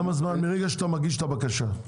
מרגע שאתה מגיש את הבקשה.